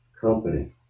company